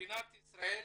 מדינת ישראל